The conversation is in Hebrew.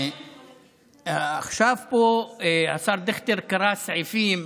עכשיו, השר דיכטר קרא סעיפים.